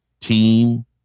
team